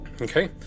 okay